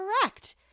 correct